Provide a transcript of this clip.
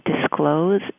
disclose